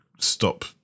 stop